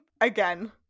again